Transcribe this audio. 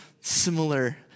similar